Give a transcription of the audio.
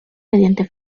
mediante